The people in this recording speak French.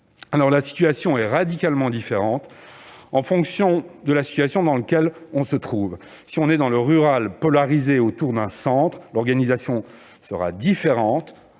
La situation est radicalement différente en fonction de la situation dans laquelle on se trouve : dans le rural polarisé autour d'un centre, l'organisation sera différente